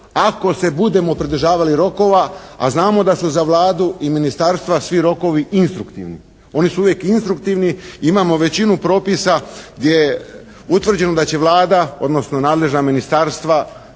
ako se budemo pridržavali rokova, a znamo da su za Vladu i ministarstva svi rokovi instruktivni. Oni su uvijek instruktivni, imamo većinu propisa gdje je utvrđeno da će Vlada, odnosno nadležna ministarstva,